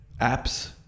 apps